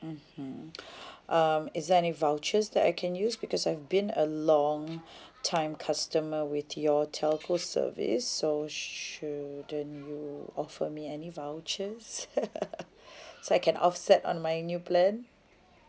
mmhmm um is there any vouchers that I can use because I've been a long time customer with your telco service so shouldn't you offer me any vouchers so I can offset on my new plan